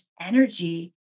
energy